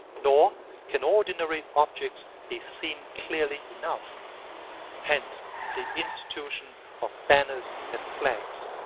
nor can ordinary objects be seen clearly enough hence the institution of banners and flags.